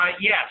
Yes